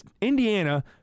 Indiana